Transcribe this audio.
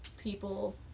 people